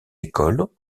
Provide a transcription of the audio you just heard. écoles